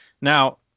now